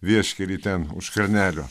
vieškely ten už kalnelio